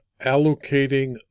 allocating